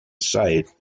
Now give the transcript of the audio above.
site